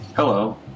Hello